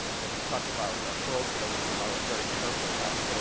when you talked about parochialism, i was very careful about